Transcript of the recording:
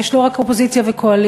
יש לא רק אופוזיציה וקואליציה,